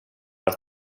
att